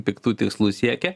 piktų tikslų siekia